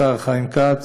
השר חיים כץ,